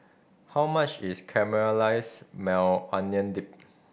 how much is Caramelized Maui Onion Dip